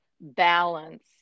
balance